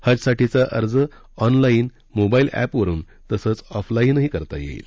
हज साठीचा अर्ज online mobile एपवरुन तसंच ऑफलाईनही करता येईल